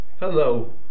Hello